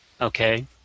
Okay